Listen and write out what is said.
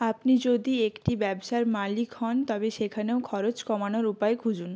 আপনি যদি একটি ব্যবসার মালিক হন তবে সেখানেও খরচ কমানোর উপায় খুঁজুন